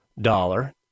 dollar